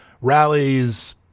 rallies